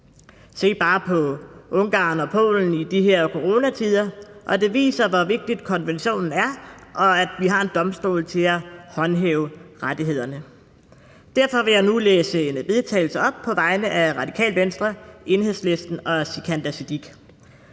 Se bare på Ungarn og Polen i de her coronatider. Det viser, hvor vigtig konventionen er, og at vi har en domstol til at håndhæve rettighederne. Derfor vil jeg nu læse et forslag til vedtagelse op på vegne af Radikale Venstre, Enhedslisten og Sikandar Siddique.